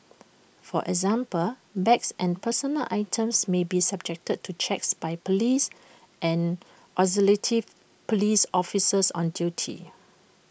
for example bags and personal items may be subjected to checks by Police and auxilitive Police officers on duty